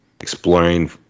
Exploring